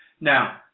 Now